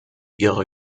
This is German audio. irre